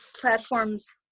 platforms